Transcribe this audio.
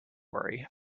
worry